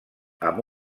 amb